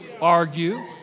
argue